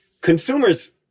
consumers